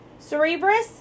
Cerebrus